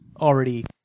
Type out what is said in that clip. already